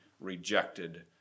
rejected